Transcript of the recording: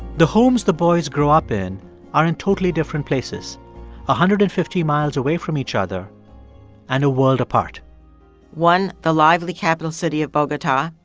the homes the boys grow up in are in totally different places one ah hundred and fifty miles away from each other and a world apart one the lively capital city of bogota.